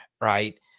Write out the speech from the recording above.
Right